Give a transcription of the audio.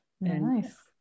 Nice